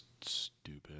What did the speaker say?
stupid